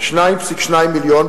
2.2 מיליון,